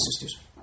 sisters